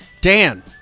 Dan